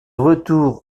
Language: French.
retour